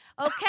Okay